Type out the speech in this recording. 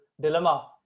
dilemma